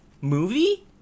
movie